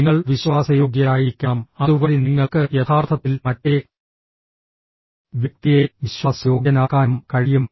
നിങ്ങൾ വിശ്വാസയോഗ്യരായിരിക്കണം അതുവഴി നിങ്ങൾക്ക് യഥാർത്ഥത്തിൽ മറ്റേ വ്യക്തിയെ വിശ്വാസയോഗ്യനാക്കാനും കഴിയും